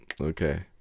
Okay